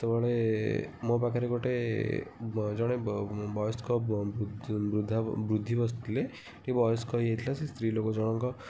ସେତେବେଳେ ମୋ ପାଖରେ ଗୋଟେ ଜଣେ ବୟସ୍କ ବୃଦ୍ଧା ବୃଦ୍ଧି ବସିଥିଲେ ଟିକେ ବୟସ୍କ ହୋଇଯାଇଥିଲା ସେ ସ୍ତ୍ରୀ ଲୋକ ଜଣଙ୍କ